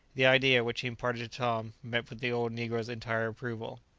the idea, which he imparted to tom, met with the old negro's entire approval.